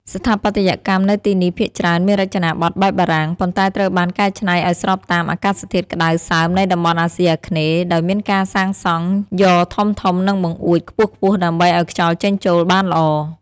ស្ថាបត្យកម្មនៅទីនេះភាគច្រើនមានរចនាប័ទ្មបែបបារាំង ប៉ុន្តែត្រូវបានកែច្នៃឱ្យស្របតាមអាកាសធាតុក្តៅសើមនៃតំបន់អាស៊ីអាគ្នេយ៍ ដោយមានការសាងសង់យ៉រធំៗ និងបង្អួចខ្ពស់ៗដើម្បីឱ្យខ្យល់ចេញចូលបានល្អ។